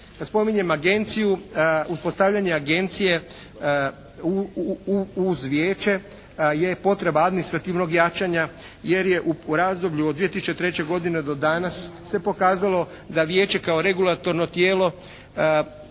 spominjem agenciju uspostavljanje agencije uz vijeće je potreba administrativnog jačanja jer je u razdoblju od 2003. godine do danas se pokazalo da vijeće kao regulatorno tijelo